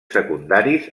secundaris